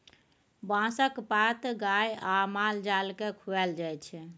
बाँसक पात गाए आ माल जाल केँ खुआएल जाइ छै